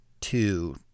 two